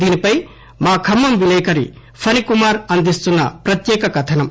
దీనిపై మా ఖమ్మం విలేకరి పణికుమార్ అందిస్తున్న ప్రత్యేక కథనం